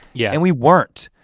yeah. and we weren't.